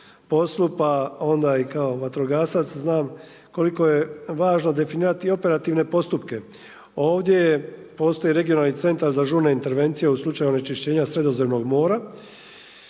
pa onda i kao vatrogasac znam koliko je važno definirati i operativne postupke. Ovdje postoji Regionalni centar za žurne intervencije u slučaju onečišćenja Sredozemnog mora